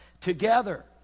Together